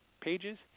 pages